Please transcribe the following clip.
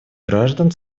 граждан